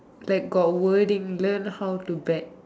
like got wording learn how to bet